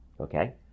Okay